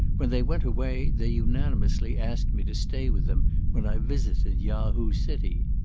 when they went away, they unanimously asked me to stay with them when i visited yahoo city.